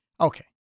Okay